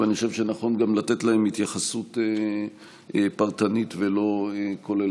אני חושב שנכון גם לתת להם התייחסות פרטנית ולא כוללנית.